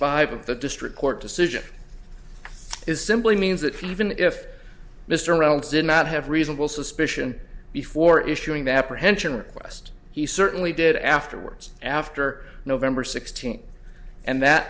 five of the district court decision is simply means that even if mr reynolds did not have reasonable suspicion before issuing the apprehension request he certainly did afterwards after november sixteenth and that